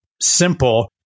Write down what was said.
simple